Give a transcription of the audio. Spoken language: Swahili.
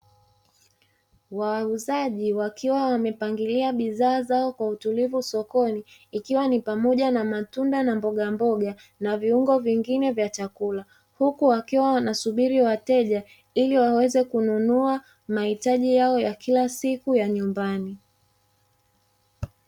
Wauzaji wakiwa wamepangilia bidhaa zao kwa utulivu sokoni, ikiwa ni pamoja na matunda na mboga mboga na viungo vingine vya chakula, huku wakiwa wanasubiri wateja ili waweze kununua mahitaji yao ya kila siku ya nyumbani.